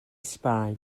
sbaen